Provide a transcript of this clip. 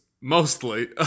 mostly